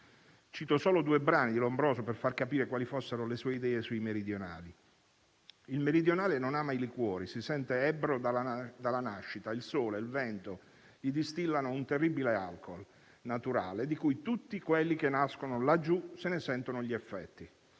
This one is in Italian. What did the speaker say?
Cito solo due brani di Lombroso per far capire quali fossero le sue idee sui meridionali: «Il meridionale non ama i liquori: si sente ebbro dalla nascita: il sole, il vento, gli distillano un terribile alcool naturale, di cui tutti quelli che nascono là giù ne sentono gli effetti».